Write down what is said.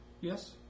Yes